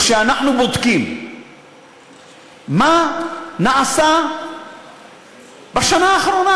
וכשאנחנו בודקים מה נעשה בשנה האחרונה,